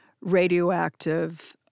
radioactive